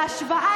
וההשוואה,